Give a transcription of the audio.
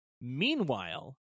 meanwhile